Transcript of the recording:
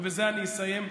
ובזה אני אסיים: